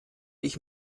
ich